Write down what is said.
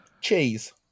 Cheese